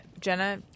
Jenna